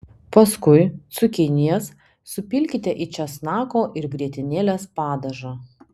paskui cukinijas supilkite į česnako ir grietinėlės padažą